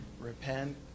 Repent